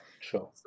Sure